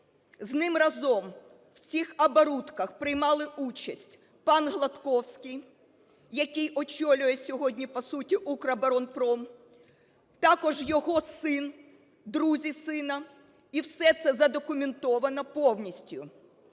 з ним разом в цих оборудках приймали участь пан Гладковський, який очолює сьогодні по суті "Укроборонпром", також його син, друзі сина, і все це задокументовано повністю.